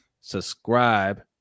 Subscribe